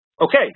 Okay